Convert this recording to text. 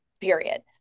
period